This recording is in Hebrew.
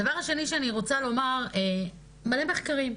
הדבר השני שאני רוצה לומר מלא מחקרים,